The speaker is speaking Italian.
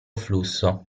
flusso